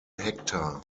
hektar